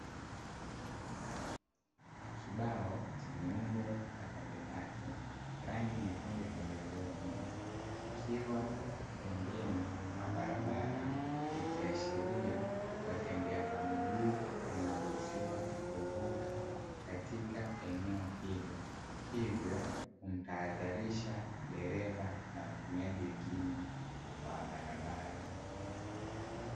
Kibao chenye umbo la pembe tatu, rangi nyekundu kikiwa pembeni mwa mabarabara ikiashiria watembea kwa miguu wanaruhusiwa kuvuka katika eneo hilo, hivyo humtahadharisha dereva na watumiaji wengine wa barabara.